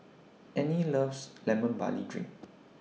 Anne loves Lemon Barley Drink